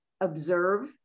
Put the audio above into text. observe